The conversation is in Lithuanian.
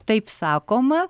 taip sakoma